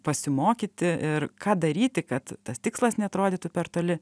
pasimokyti ir ką daryti kad tas tikslas neatrodytų per toli